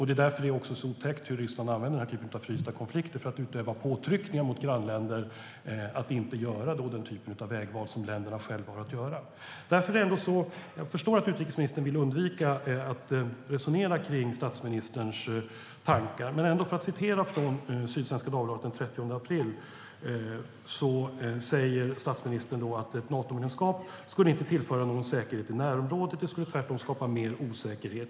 Det är därför så otäckt hur Ryssland använder den typen av frysta konflikter för att utöva påtryckningar mot grannländer att inte göra den typen av vägval som länderna själva har att göra. Jag förstår att utrikesministern vill undvika att resonera om statsministerns tankar. Men låt mig återge Sydsvenska Dagbladet den 30 april. Statsministern säger att ett Natomedlemskap skulle inte tillföra någon säkerhet i närområdet utan tvärtom skapa mer osäkerhet.